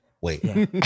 wait